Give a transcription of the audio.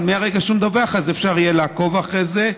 אבל מהרגע שהוא מדווח יהיה אפשר לעקוב אחרי זה.